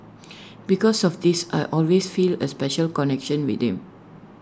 because of this I always feel A special connection with him